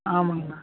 ஆமாங்கண்ணா